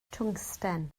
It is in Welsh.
twngsten